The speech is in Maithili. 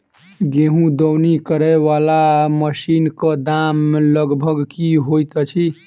गेंहूँ दौनी करै वला मशीन कऽ दाम लगभग की होइत अछि?